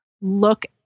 look